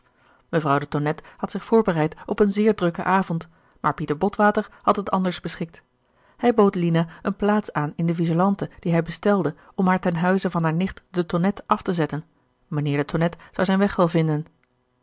mevrouw de tonnette had zich voorbereid op een zeer drukken avond maar pieter botwater had het anders beschikt hij bood lina eene plaats aan in de vigelante die hij bestelde om haar ten huize van haar nicht de tonnette af te zetten mijnheer de tonnette zou zijn weg wel vinden